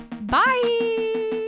Bye